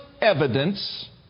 evidence